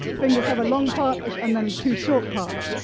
fingers have a long part and then two short parts.